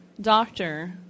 doctor